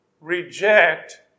reject